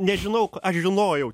nežinau aš žinojau